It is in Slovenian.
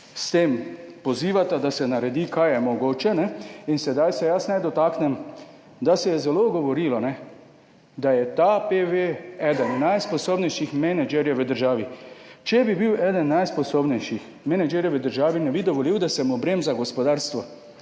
s tem pozivata, da se naredi, kaj je mogoče. In sedaj se jaz ne dotaknem, da se je zelo govorilo, ne, da je ta PV eden najsposobnejših menedžerjev v državi. Če bi bil eden najsposobnejših menedžerjev v državi, ne bi dovolil, da se mu bremza gospodarstvo.